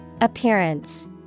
Appearance